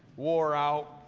wore out.